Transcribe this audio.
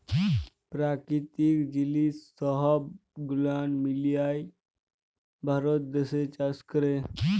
পেরাকিতিক জিলিস সহব গুলান মিলায় ভারত দ্যাশে চাষ ক্যরে